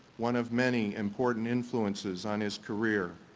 one of many important influences on his career,